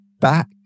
back